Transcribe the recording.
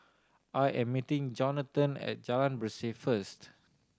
I am meeting Johnathon at Jalan Berseh first